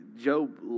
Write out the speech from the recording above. Job